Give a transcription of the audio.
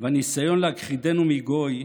והניסיון להכחידנו מגוי,